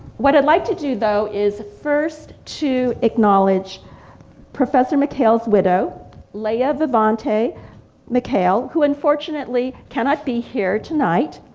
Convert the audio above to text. what i'd like to do though is first to acknowledge professor mckayle's widow leia vivante mckayle, who unfortunately cannot be here tonight.